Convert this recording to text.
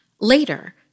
Later